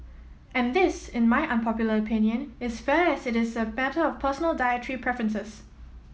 and this in my unpopular opinion is fair as it is a matter of personal dietary preferences